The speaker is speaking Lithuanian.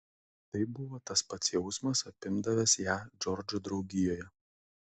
tai buvo tas pats jausmas apimdavęs ją džordžo draugijoje